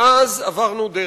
מאז עברנו דרך,